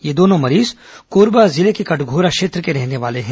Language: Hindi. ये दोनों मरीज कोरबा जिले के कटघोरा क्षेत्र के रहने वाले हैं